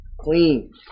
clean